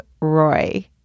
Roy